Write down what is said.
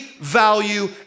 value